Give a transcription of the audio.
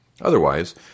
Otherwise